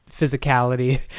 physicality